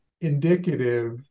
indicative